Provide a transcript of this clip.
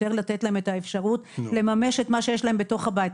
יותר לתת להם את האפשרות לממש את מה שיש להם בתוך הבית,